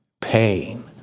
pain